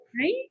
Right